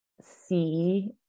see